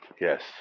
Yes